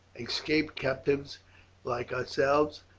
escaped captives like ourselves.